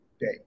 day